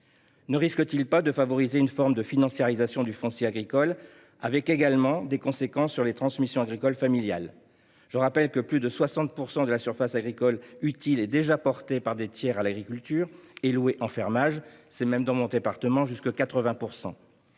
Ne risque t on pas de favoriser une forme de financiarisation du foncier agricole, qui aurait des conséquences sur les transmissions agricoles familiales ? Je rappelle que plus de 60 % de la surface agricole utile est déjà « portée » par des tiers à l’agriculture et louée en fermage. Dans la Somme, cette proportion atteint 80 %.